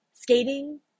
Skating